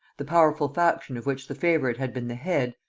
the powerful faction of which the favorite had been the head,